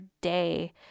day